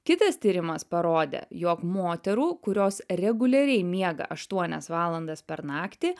kitas tyrimas parodė jog moterų kurios reguliariai miega aštuonias valandas per naktį